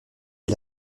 est